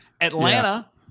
Atlanta